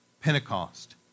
Pentecost